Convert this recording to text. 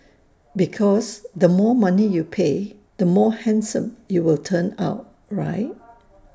because the more money you pay the more handsome you will turn out right